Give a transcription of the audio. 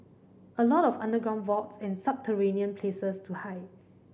a lot of underground vaults and subterranean places to hide